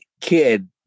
kid